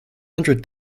hundred